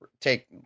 take